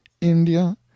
India